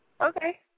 Okay